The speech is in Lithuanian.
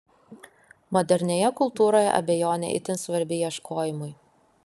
modernioje kultūroje abejonė itin svarbi ieškojimui